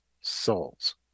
souls